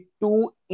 two